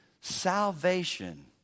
salvation